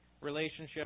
relationship